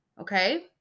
Okay